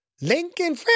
Lincoln